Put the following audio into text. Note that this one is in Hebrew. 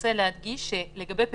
רוצה להדגיש שככל שזכור לי,